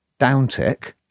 downtick